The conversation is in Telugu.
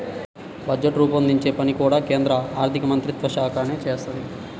బడ్జెట్ రూపొందించే పని కూడా కేంద్ర ఆర్ధికమంత్రిత్వశాఖే చేత్తది